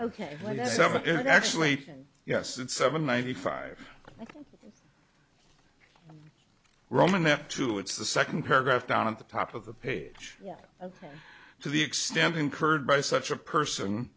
seven actually yes it's seven ninety five roman there too it's the second paragraph down at the top of the page ok to the extent incurred by such a person